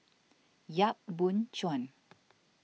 Yap Boon Chuan